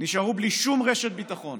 נשארו בלי שום רשת ביטחון,